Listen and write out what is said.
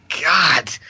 god